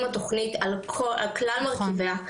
עם התוכנית על כלל מרכיביה.